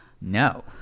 No